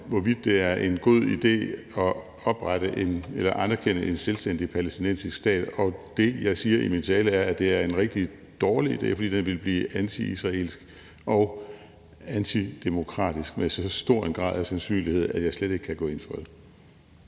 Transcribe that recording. hvorvidt det er en god idé at anerkende en selvstændig palæstinensisk stat, og det, jeg siger i min tale, er, at det er en rigtig dårlig idé, for den ville blive antiisraelsk og antidemokratisk med så stor en grad af sandsynlighed, at jeg slet ikke kan gå ind for det.